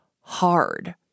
hard